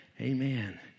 Amen